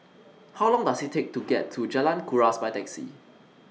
How Long Does IT Take to get to Jalan Kuras By Taxi